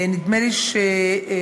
נדמה לי שמעבר